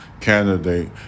candidate